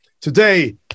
Today